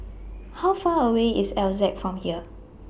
How Far away IS Altez from here